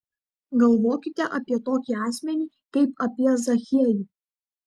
galvokite apie tokį asmenį kaip apie zachiejų